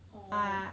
oh